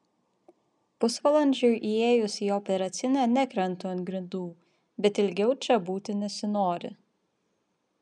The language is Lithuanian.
pusvalandžiui įėjus į operacinę nekrentu ant grindų bet ilgiau čia būti nesinori